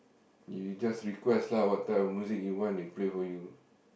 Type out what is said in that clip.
you just request lah what type of music you want they'll play for you